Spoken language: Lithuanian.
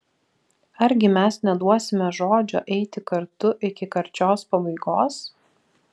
argi mes neduosime žodžio eiti kartu iki karčios pabaigos